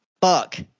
fuck